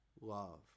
love